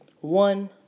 One